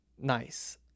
nice